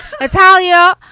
Natalia